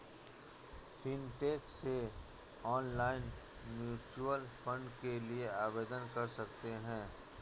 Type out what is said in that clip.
fintech से online mutual fund के लिए आवेदन कर सकते हैं